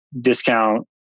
discount